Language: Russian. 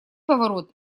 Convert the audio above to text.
поворот